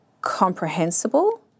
comprehensible